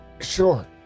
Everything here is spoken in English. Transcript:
Sure